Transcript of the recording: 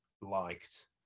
liked